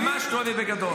ממש טועה, ובגדול.